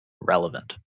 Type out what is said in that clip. relevant